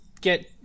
get